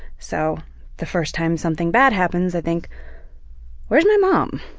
so the first time something bad happens, i think where's my mom?